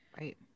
Right